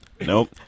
Nope